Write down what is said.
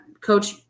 Coach